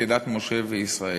כדת משה וישראל.